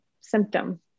symptom